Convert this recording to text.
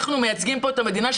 אנחנו מייצגים פה את המדינה,